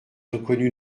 reconnu